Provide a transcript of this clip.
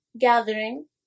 gathering